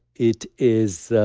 it is